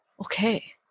Okay